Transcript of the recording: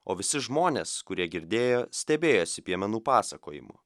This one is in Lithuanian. o visi žmonės kurie girdėjo stebėjosi piemenų pasakojimu